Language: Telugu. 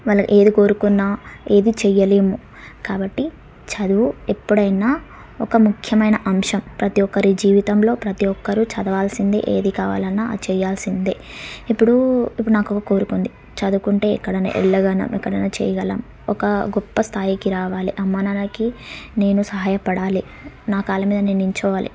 వాళ్ళు ఏది కోరుకున్న ఏది చెయ్యలేము కాబట్టి చదువు ఎప్పుడైనా ఒక ముఖ్యమైన అంశం ప్రతీ ఒక్కరి జీవితంలో ప్రతీ ఒక్కరూ చదవాల్సిందే ఏది కావాలన్నా అది చెయ్యాల్సిందే ఇప్పుడూ ఇప్పుడు నాకు ఒక కోరిక ఉంది చదువుకుంటే ఎక్కడికన్నా వెళ్ళగలం ఎక్కడన్నా చెయగలం ఒక గొప్ప స్థాయికి రావాలి అమ్మ నాన్నకి నేను సహాయపడాలి నా కాళ్ళ మీద నేను నిల్చోవాలి